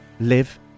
live